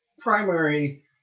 primary